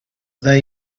they